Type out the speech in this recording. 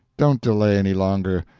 don't delay any longer,